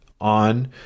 on